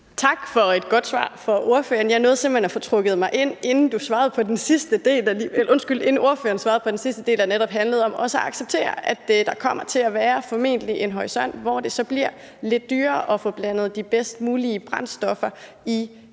Tak for et godt svar fra ordføreren. Jeg nåede simpelt hen at få trykket mig ind, inden ordføreren svarede på den sidste del, der netop handlede om også at acceptere, at der formentlig kommer til at være en tidshorisont, hvor det så bliver lidt dyrere at få blandet de bedst mulige brændstoffer i tanken